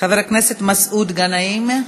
חבר הכנסת מסעוד גנאים.